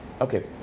okay